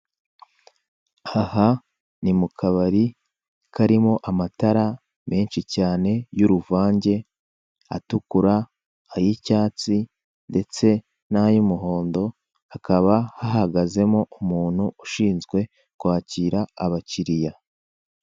Aha ni mu kabari karimo amatara manshi cyane, y'uruvange, atukura, ay'icyatsi, ndetse n'ay'umuhondo, hakaba hahagazemo umuntu ushinzwe kwakira abakiriya.